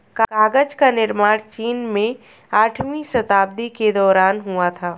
कागज का निर्माण चीन में आठवीं शताब्दी के दौरान हुआ था